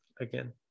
Again